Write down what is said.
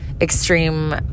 extreme